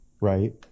right